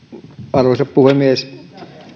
arvoisa puhemies